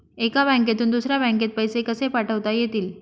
एका बँकेतून दुसऱ्या बँकेत पैसे कसे पाठवता येतील?